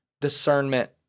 discernment